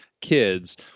kids